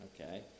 Okay